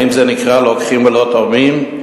האם זה נקרא לוקחים ולא תורמים?